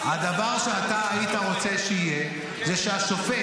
הדבר שאתה היית רוצה שיהיה זה שהשופט